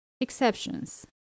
Exceptions